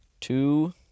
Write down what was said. two